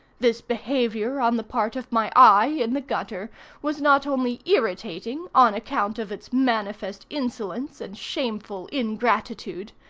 this behavior on the part of my eye in the gutter was not only irritating on account of its manifest insolence and shameful ingratitude,